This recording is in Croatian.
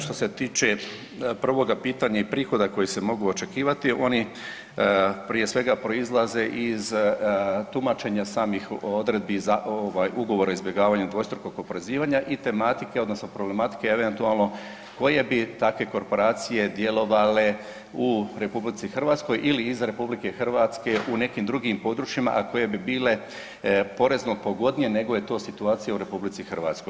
Što se tiče prvoga pitanja i prihoda koji se mogu očekivati oni prije svega proizlaze iz tumačenja samih odredbi Ugovora o izbjegavanju dvostrukog oporezivanja i tematike odnosno problematike eventualno koje bi takve korporacije djelovale u RH ili iz RH u nekim drugim područjima, a koje bi bile porezno pogodnije nego je to situacija u RH.